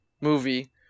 movie